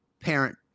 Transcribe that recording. parent